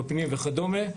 בפנים וכדומה.